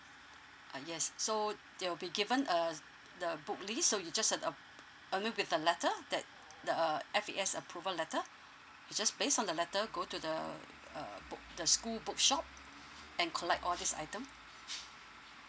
uh yes so they will be given a the book list so you just ha~ uh I mean with the letter that the uh F_A_S approval letter you just based on the letter go to the uh book the school bookshop and collect all this item